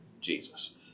Jesus